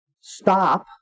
stop